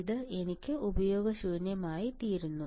ഇത് എനിക്ക് ഉപയോഗശൂന്യമായിത്തീരുന്നു